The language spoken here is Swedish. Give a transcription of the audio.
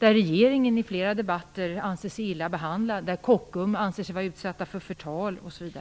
Regeringen anser sig illa behandlad i flera debatter, Kockums anser sig vara utsatta för förtal osv.